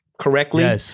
correctly